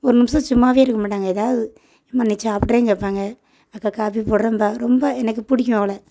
ஒரு நிமிஷம் சும்மாவே இருக்க மாட்டாங்க ஏதாவது யம்மா நீ சாப்பிடுறியா கேட்பாங்க அக்கா காப்பி போடுறேம்பா ரொம்ப எனக்கு பிடிக்கும் அவளை